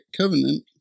covenant